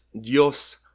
Dios